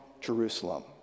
Jerusalem